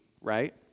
right